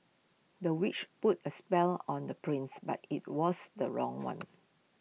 the witch put A spell on the prince but IT was the wrong one